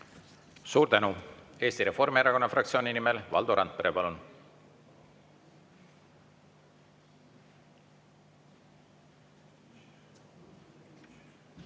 Suur tänu! Eesti Reformierakonna fraktsiooni nimel Valdo Randpere, palun!